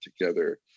together